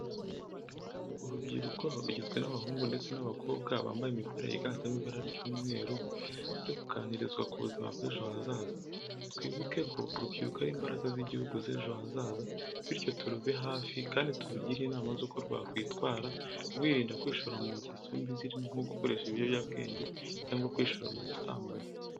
Urubyiruko rugizwe n'abahungu ndetse n'abakobwa bambaye imipira yiganjemo ibara ry'umweru, bari kuganirizwa ku buzima bw'ejo hazaza. Twibuke ko urubyiruko ari imbaraga z'igihugu z'ejo hazaza bityo turube hafi kandi turugire inama z'uko rwakwitwara, rwirinda kwishora mu ngeso mbi zirimo nko gukoresha ibiyobyabwenge cyangwa kwishora mu busambanyi.